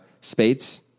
spades